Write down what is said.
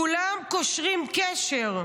כולם קושרים קשר,